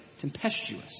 Tempestuous